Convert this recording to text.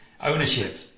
Ownership